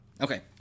Okay